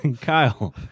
Kyle